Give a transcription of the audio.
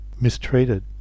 mistreated